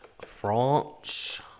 French